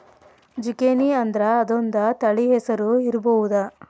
ಜುಕೇನಿಅಂದ್ರ ಅದೊಂದ ತಳಿ ಹೆಸರು ಇರ್ಬಹುದ